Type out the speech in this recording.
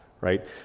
right